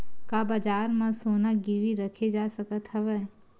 का बजार म सोना गिरवी रखे जा सकत हवय?